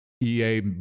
EA